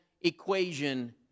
equation